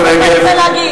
תגיד מה שאתה רוצה להגיד.